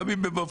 תודה רבה.